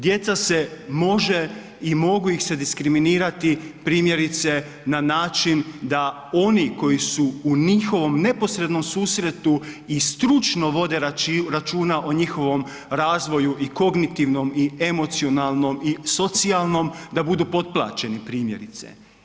Djeca se može i mogu ih se diskriminirati primjerice na način da oni koji u njihovom neposrednom susretu i stručno vode računa o njihovom razvoju i kognitivnom i emocionalnom i socijalnom, da budu potplaćeni, primjerice.